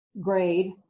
grade